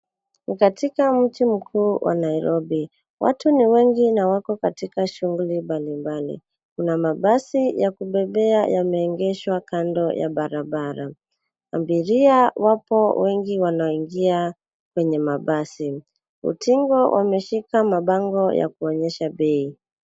Ni katika mji mkuu wa Nairobi. Watu ni wengi na wako katika shughuli mbalimbali. Kuna mabasi ya kubebea yameegeshwa kando ya barabara. Abiria wapo wengi wanaingia kwenye mabasi. Utingo wameshika mabango ya kuonyesha bei.